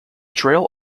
trail